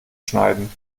schneiden